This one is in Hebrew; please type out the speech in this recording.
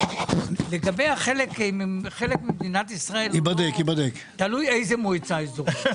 לגבי השאלה האם הם חלק ממדינת ישראל תלוי איזו מועצה אזורית.